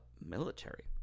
military